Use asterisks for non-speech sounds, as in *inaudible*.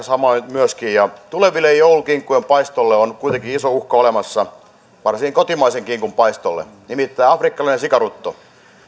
*unintelligible* samoin myöskin kinkunpaistoaika tulevien joulukinkkujen paistolle on kuitenkin iso uhka olemassa varsinkin kotimaisen kinkun paistolle nimittäin afrikkalainen sikarutto